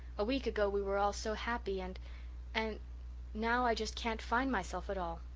a week ago we were all so happy and and now i just can't find myself at all.